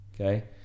okay